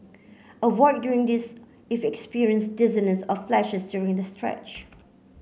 avoid doing this if you experience dizziness or flashes during the stretch